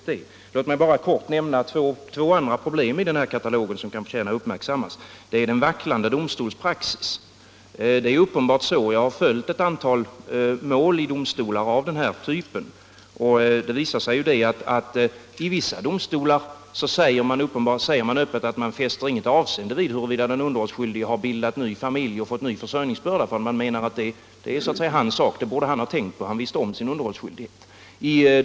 Låt mig bara kort nämna två andra problem i denna katalog som kan förtjäna att uppmärksammas. Det ena är den vacklande domstolspraxisen. Jag har följt ett antal mål i domstolar av denna typ. Det visar sig att i vissa domstolar säger man öppet att man fäster inget avseende vid huruvida den underhållsskyldige har bildat ny familj och fått ny försörjningsbörda, för man menar att det är den underhållsskyldiges sak. Det borde han ha tänkt på. Han visste om sin underhållsskyldighet.